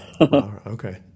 Okay